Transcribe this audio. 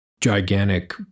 gigantic